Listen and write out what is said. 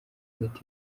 gato